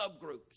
subgroups